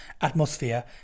atmosphere